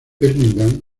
birmingham